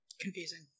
confusing